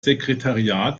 sekretariat